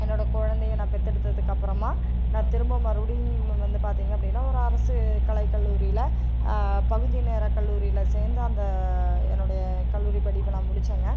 என்னோட குலந்தைய நான் பெற்தெடுத்ததுக்கு அப்புறமா நான் திரும்பவும் மறுபுடியும் வந்து பார்த்திங்க அப்படின்னா ஒரு அரசு கலை கல்லூரியில பகுதி நேர கல்லூரியில சேர்ந்து அந்த என்னுடைய கல்லூரி படிப்பை நான் முடிச்சங்க